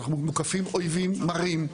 אנחנו מוקפים אויבים מרים.